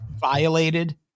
violated